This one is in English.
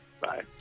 bye